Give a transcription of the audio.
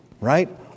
right